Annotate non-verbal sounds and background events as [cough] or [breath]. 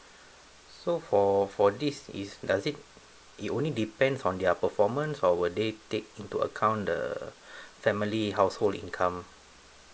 so for for this is does it it only depends on their performance or will they take into account the [breath] family household income